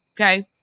okay